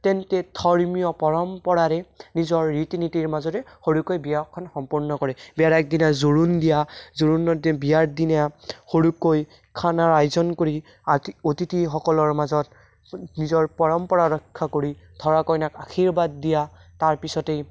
তেন্তে ধৰ্মীয় পৰম্পৰাৰে নিজৰ ৰীতি নীতিৰ মাজৰে সৰুকৈ বিয়াখন সম্পূৰ্ণ কৰে বিয়াৰ আগ দিনা জোৰোণ দিয়া জোৰোণ দি বিয়াৰ দিনা সৰুকৈ খানাৰ আয়োজন কৰি অতিথিসকলৰ মাজত নিজৰ পৰম্পৰা ৰক্ষা কৰি দৰা কইনাক আশীৰ্বাদ দিয়া তাৰপিছতেই